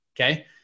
okay